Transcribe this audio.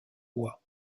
bois